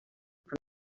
from